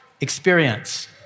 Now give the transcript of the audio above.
experience